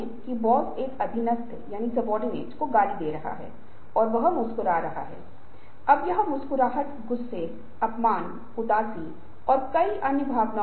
और यदि परिवर्तन के प्रतिरोध में गिरावट आती है तो परिवर्तन के लिए बल मजबूत होता है उस समय परिवर्तन के लिए बल बनाया जाता है